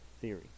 theory